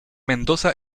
mendoza